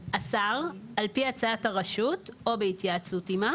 "השר, על פי הצעת הרשות או בהתייעצות עמה,